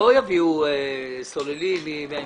לא יביאו סוללים מארגנטינה.